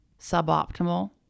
suboptimal